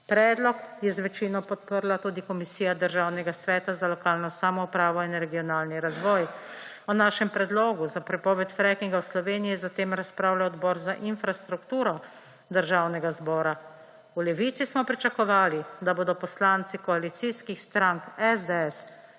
Predlog je z večino podprla tudi Komisija Državnega sveta za lokalno samoupravo in regionalni razvoj. O našem predlogu za prepoved frackinga v Sloveniji je zatem razpravljal Odbor za infrastrukturo, okolje in prostor Državnega zbora. V Levici smo pričakovali, da bodo poslanci koalicijskih strank SDS,